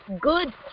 good